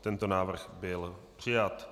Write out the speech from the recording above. Tento návrh byl přijat.